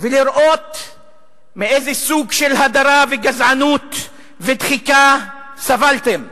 ולראות מאיזה סוג של הדרה וגזענות ודחיקה סבלתם,